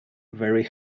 very